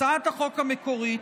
הצעת החוק המקורית,